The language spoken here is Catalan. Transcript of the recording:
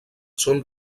són